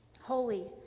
Holy